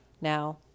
Now